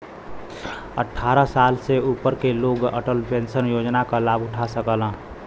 अट्ठारह साल से ऊपर क लोग अटल पेंशन योजना क लाभ उठा सकलन